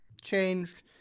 changed